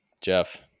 Jeff